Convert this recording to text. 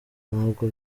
ntabwo